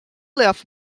left